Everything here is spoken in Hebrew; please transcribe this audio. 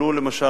למשל,